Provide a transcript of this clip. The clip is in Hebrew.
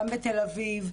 גם בתל אביב.